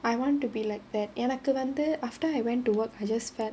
I want to be like that எனக்கு வந்து:enakku vanthu after I went to work I just felt